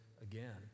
again